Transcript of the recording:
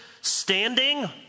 standing